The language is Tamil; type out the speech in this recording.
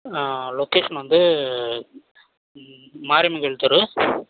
ஆ லொகேஷன் வந்து மாரியம்மன் கோவில் தெரு